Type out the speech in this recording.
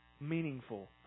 meaningful